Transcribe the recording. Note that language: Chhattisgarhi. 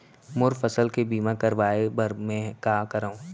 मोर फसल के बीमा करवाये बर में का करंव?